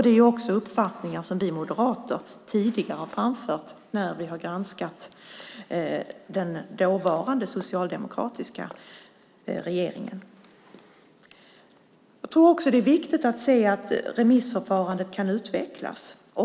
Det är också uppfattningar som vi moderater tidigare har framfört när vi har granskat den dåvarande socialdemokratiska regeringen. Jag tror också att det är viktigt att se att remissförfarandet kan utvecklas.